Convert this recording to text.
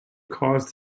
caused